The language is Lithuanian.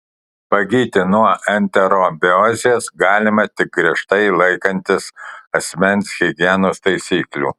pagyti nuo enterobiozės galima tik griežtai laikantis asmens higienos taisyklių